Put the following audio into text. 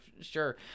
sure